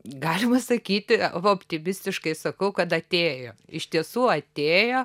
galima sakyti optimistiškai sakau kad atėjo iš tiesų atėjo